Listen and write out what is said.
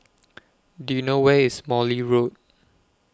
Do YOU know Where IS Morley Road